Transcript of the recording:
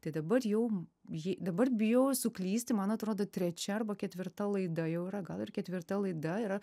tai dabar jau ji dabar bijau suklysti man atrodo trečia arba ketvirta laida jau yra gal ir ketvirta laida yra